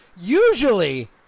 usually